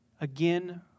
Again